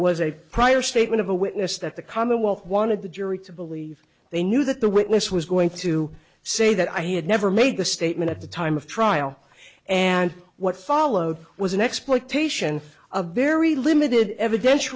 was a prior statement of a witness that the commonwealth wanted the jury to believe they knew that the witness was going to say that i had never made the statement at the time of trial and what followed was an exploitation a very limited eviden